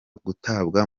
gutabwa